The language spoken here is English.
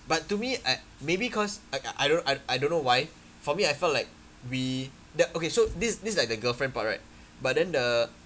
but to me I maybe because I don't I I don't know why for me I felt like we the okay so this this is like the girlfriend part right but then the